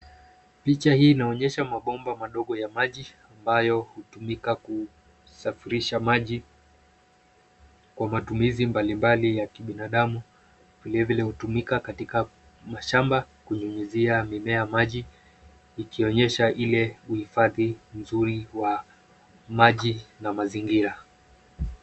Picha hii inaonyesha mabomba madogo ya maji ambayo hutumika kusafirisha maji kwa matumizi mbalimbali ya kibinadamu. Vile vile hutumika katika mashamba kunyunyizia mimea maji ikionyesha ile uhifadhi nzuri wa maji na mazingira.